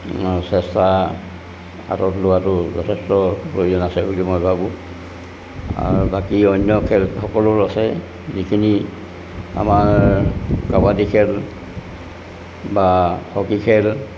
চেষ্টা হাতত লোৱাটো যথেষ্ট প্ৰয়োজন আছে বুলি মই ভাবোঁ আৰু বাকী অন্য খেল সকলো আছে যিখিনি আমাৰ কাবাডী খেল বা হকী খেল